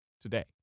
today